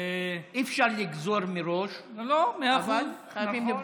אי-אפשר לגזור מראש, אבל חייבים לבדוק.